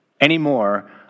anymore